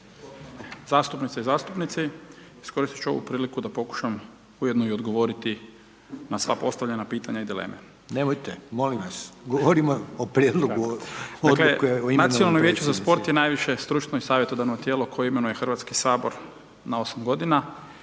Zastupnice i zastupnici iskoristiti ću ovu priliku da pokušam, ujedno i odgovoriti na sva postavljena pitanja i dileme. …/Upadica Reiner: Nemojte molim vas, govorimo o prijedlogu odluke …/Govornik se ne razumije./…/… Dakle, nacionalno vijeće za sport je najviše stručno i savjetodavno tijelo koje imenuje Hrvatski sabor na 8 g.